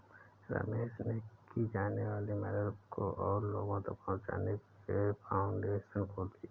रमेश ने की जाने वाली मदद को और लोगो तक पहुचाने के लिए फाउंडेशन खोली